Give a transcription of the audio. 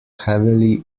heavily